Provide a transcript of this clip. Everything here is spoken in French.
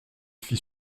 fit